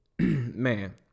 Man